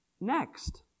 next